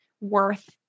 worth